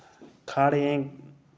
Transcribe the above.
खाड़े